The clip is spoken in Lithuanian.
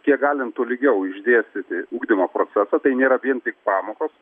kiek galint tolygiau išdėstyti ugdymo procesą tai nėra vien tik pamokos